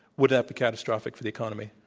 would that be catastrophic for the economy?